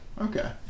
Okay